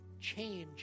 change